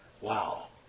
Wow